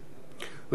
רצוני לשאול: